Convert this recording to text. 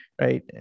right